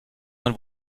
man